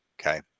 Okay